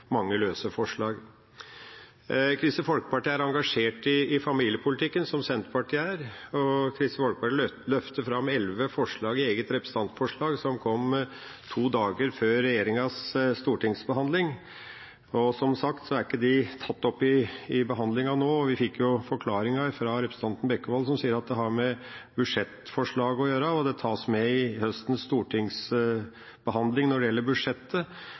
mange løse forslag. Kristelig Folkeparti er engasjert i familiepolitikken, som Senterpartiet er, og Kristelig Folkeparti løfter fram elleve forslag i eget representantforslag, som kom tre dager før regjeringas stortingsmelding. Som sagt er ikke de tatt opp i behandlingen nå, og vi fikk forklaringen fra representanten Bekkevold, som sier at det har med budsjettforslaget å gjøre, og at det tas med i høstens stortingsbehandling av budsjettet. Men det